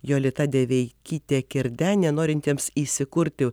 jolita deveikytė kerdenė nenorintiems įsikurti